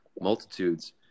multitudes